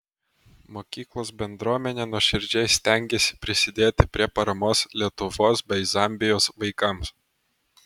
mokyklos bendruomenė nuoširdžiai stengėsi prisidėti prie paramos lietuvos bei zambijos vaikams